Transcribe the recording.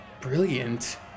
brilliant